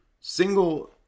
Single